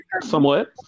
somewhat